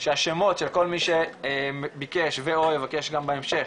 שהשמות של כל מי ביקש ו/או יבקש גם בהמשך